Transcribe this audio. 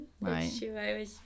Right